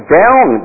down